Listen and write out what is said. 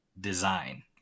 design